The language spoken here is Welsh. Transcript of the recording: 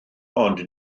ond